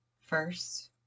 first